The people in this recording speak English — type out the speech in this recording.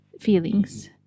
feelings